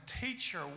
teacher